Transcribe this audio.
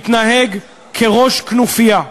מתנהג כראש כנופיה.